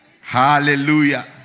Hallelujah